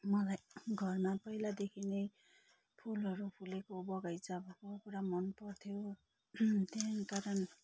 मलाई घरमा पहिलादेखि नै फुलहरू फुलेको बगैँचा भएको पुरा मन पर्थ्यो त्यही कारण